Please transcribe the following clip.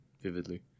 vividly